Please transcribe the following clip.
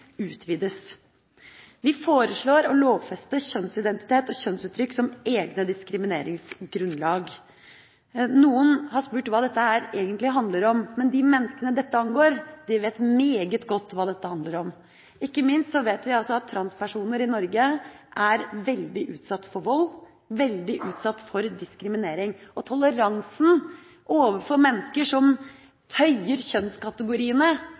utvides. Vi foreslår å lovfeste kjønnsidentitet og kjønnsuttrykk som egne diskrimineringsgrunnlag. Noen har spurt hva dette egentlig handler om. De menneskene dette angår, vet meget godt hva dette handler om. Ikke minst vet vi at transpersoner i Norge er veldig utsatt for vold og veldig utsatt for diskriminering, og toleransen overfor mennesker som tøyer kjønnskategoriene,